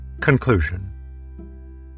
Conclusion